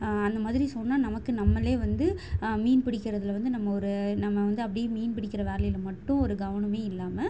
அந்த மாதிரி சொன்னால் நமக்கு நம்மளே வந்து மீன் பிடிக்குறதுல வந்து நம்ம ஒரு நம்ம வந்து அப்டியே மீன் பிடிக்கிற வேலையில மட்டும் ஒரு கவனமே இல்லாமல்